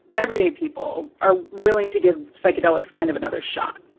everyday people are willing to give psychedelics kind of another shot?